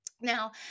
Now